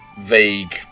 vague